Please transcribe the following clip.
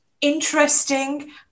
interesting